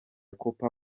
copa